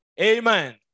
Amen